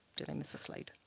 did i miss a slide.